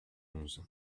onze